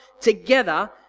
together